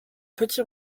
petit